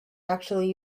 actually